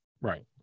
right